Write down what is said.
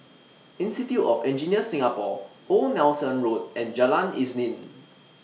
Institute of Engineers Singapore Old Nelson Road and Jalan Isnin